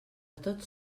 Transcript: tots